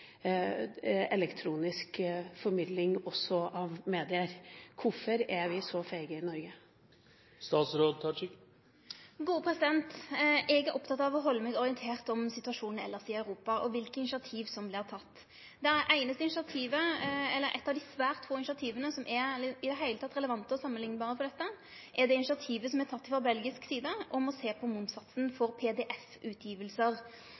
elektronisk formidling fra medier. Hvorfor er vi så feige i Norge? Eg er oppteken av å halde meg orientert om situasjonen elles i Europa og om kva for initiativ som vert tekne. Eit av dei svært få initiativa som i det heile er relevant og samanliknbart her, er det initiativet som er teke frå belgisk side, om å sjå på